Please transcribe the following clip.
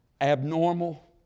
abnormal